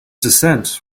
descent